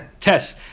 Test